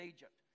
Egypt